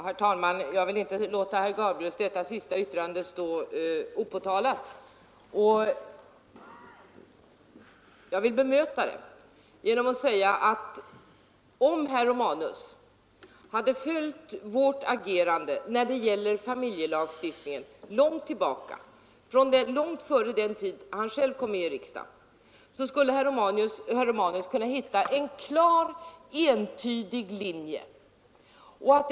Herr talman! Jag vill inte låta detta sista uttalande av Gabriel Romanus stå oemotsagt. Om herr Romanus kände till vårt agerande när det gäller familjelagstiftningen sedan långt tillbaka i tiden — långt före den tid då herr Romanus kom med i riksdagen — skulle herr Romanus kunna hitta en klar, entydig linje i det.